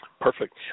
Perfect